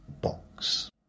box